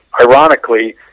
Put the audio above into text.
ironically